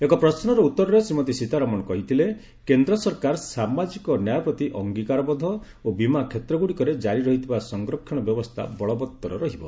ଏକ ପ୍ରଶ୍ୱର ଉତ୍ତରେ ଶ୍ରୀମତୀ ସୀତାରମଣ କହିଥିଲେ କେନ୍ଦ୍ର ସରକାର ସାମାଜିକ ନ୍ୟାୟ ପ୍ରତି ଅଙ୍ଗୀକାରବଦ୍ଧ ଓ ବୀମା କ୍ଷେତ୍ରଗୁଡ଼ିକରେ କାରି ରହିଥିବା ସଂରକ୍ଷଣ ବ୍ୟବସ୍ଥା ବଳବତ୍ତର ରହିବ